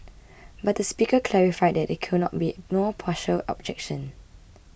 but the speaker clarified that there could not be no partial objection